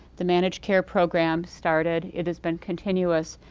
the managed care program started. it has been continuous,